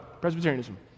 Presbyterianism